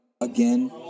again